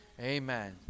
amen